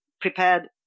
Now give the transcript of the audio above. prepared